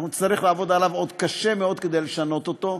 אנחנו נצטרך לעבוד עליו עוד קשה מאוד כדי לשנות אותו,